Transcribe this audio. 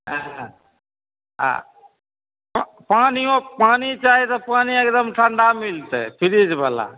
हँ हँ प पानियो पानि चाही तऽ पानि एकदम ठण्डा मिलतै फिरिज बला